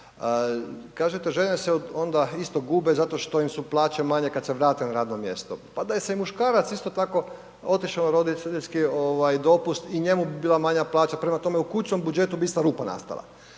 Kažete žene se onda isto gube zato što su im plaće manje kad se vrate na radno mjesto. Pa da je i muškarac isto otišao na roditeljski dopust, i njemu bi bila manja plaća, prema tome, u kućnom budžetu bi ista rupa nastala.